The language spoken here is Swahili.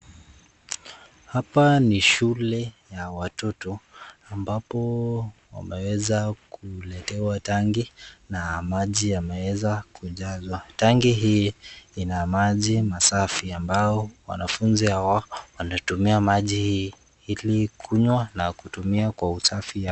Hapa ni shule ya watoto ambapo wameweza kuvutiwa tangi na maji yameweza kujazwa. Tangi hii inajazwa maji safi ambao wanafunzi wanatumia maji hii ili wanawe na kutumia kwa usafi.